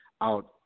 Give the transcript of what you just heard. out